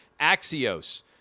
Axios